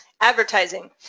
Advertising